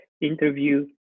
interview